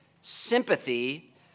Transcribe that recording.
sympathy